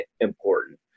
important